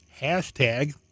Hashtag